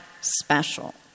special